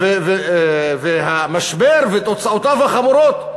והמשבר ותוצאותיו החמורות,